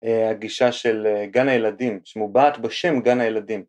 אה, הגישה של גן הילדים שמובעת בשם גן הילדים